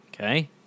Okay